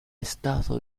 stato